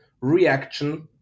reaction